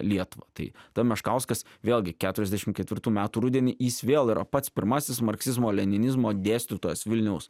lietuvą tai tai meškauskas vėlgi keturiasdešim ketvirtų metų rudenį jis vėl yra pats pirmasis marksizmo leninizmo dėstytojas vilniaus